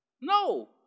no